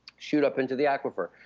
shoot up into the aquifer.